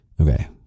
Okay